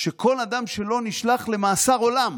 שכל אדם שלא נשלח למאסר עולם